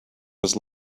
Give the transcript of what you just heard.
was